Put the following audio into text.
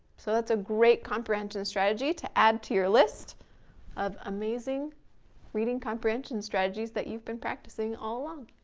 so that's a great comprehension strategy to add to your list of amazing reading comprehension strategies that you've been practicing all along,